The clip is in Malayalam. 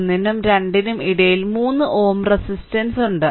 1 നും 2 നും ഇടയിൽ 3 Ω റെസിസ്റ്റൻസ് ഉണ്ട്